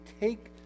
take